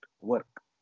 work